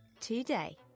today